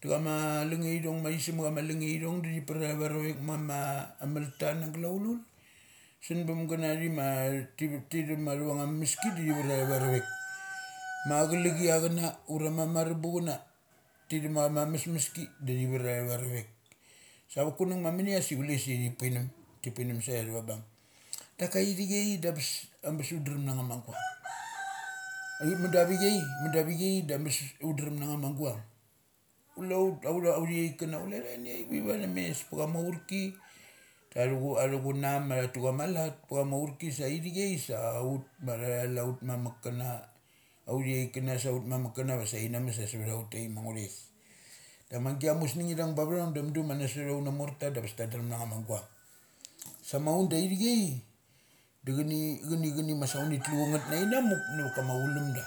Da chama lungnge ithong ta suma chama lungne ithong da par athavarovek mama amalta na galaul. Sunbam gana thima tivat thi thum ma tha vanaga mameski da thi var athavarovek. Ma chalichia chana urama marabu chana, ti tum ma cha ma mesmeski, da thi var athava rovek. Sa va kunang ma munia si chule sai thi pinum. Ti pinum save ia tha va bung. Daka ithikai da bes abes undrem na nga ma guang. Aiut mudu. mudu avi onai mudu avichi dam bes udrem na anga maguang. Kule ut autha authi chaik kana tha naiaivi va thum mes pa chama aurki. Ta tu chan athu chunam matha tachama lat pa cha ma urki sa ithik ai sa ut ma tha thal autmamuk kana. Authic aik kanasa autmamuk kana vaga ina muk sa sautha ut ta ithik ma ngu thais. Da amagia musnung ithung bacha vung da mudu da na sot auth morta da angabes ta drem na ngama guang. Sa ma un da ithik ai, da chani, chani, chani ma sa uni tlu changeth na in na muk nava kama chulumda.